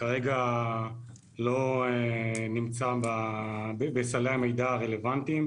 כרגע לא נמצא בסלי המידע הרלוונטיים.